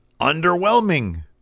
underwhelming